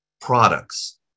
products